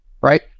right